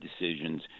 decisions